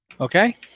Okay